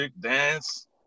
dance